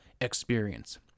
experience